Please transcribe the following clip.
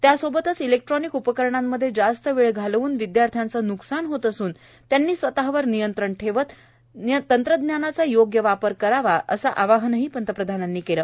त्यासोबतच इलेक्ट्रानिक उपकरणांमध्ये जास्त वेळ घालवून विद्याथ्र्यांचं न्कसान होत असून विद्याथ्र्यांनी स्वतःवर नियंत्रण ठेवत तंत्रज्ञानाचा योग्य वापर करावा असं आवाहनही पंतप्रधानांनी केलं